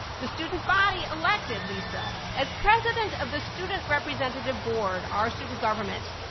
the student body elected lisa as president of the student representative board, our student government,